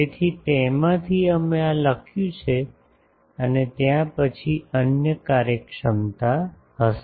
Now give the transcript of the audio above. તેથી તેમાંથી અમે આ લખ્યું છે ત્યાં પછી અન્ય કાર્યક્ષમતા હશે